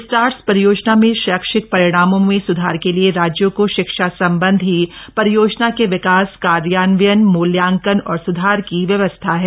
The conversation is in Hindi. स्टार्स परियोजना में शैक्षिक परिणामों में सुधार के लिए राज्यों को शिक्षा संबंधी परियोजना के विकास कार्यान्वयन मूल्यांकन और सुधार की व्यवस्था है